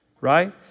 right